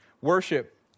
Worship